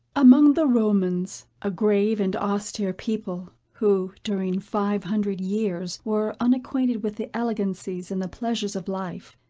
among the romans, a grave and austere people, who, during five hundred years, were unacquainted with the elegancies and the pleasures of life,